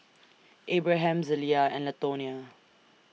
Abraham Zelia and Latonya